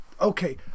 Okay